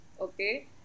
okay